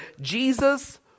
Jesus